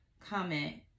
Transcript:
comment